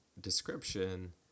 description